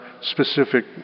specific